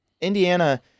Indiana